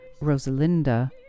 Rosalinda